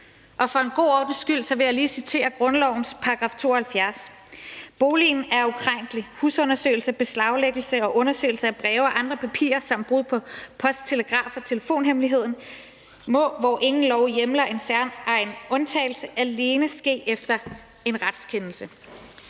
Og for en god ordens skyld vil jeg lige citere grundlovens § 72: Boligen er ukrænkelig. Husundersøgelse, beslaglæggelse og undersøgelse af breve og andre papirer samt brud på post-, telegraf- og telefonhemmeligheden må, hvor ingen lov hjemler en særegen undtagelse, alene ske efter en retskendelse.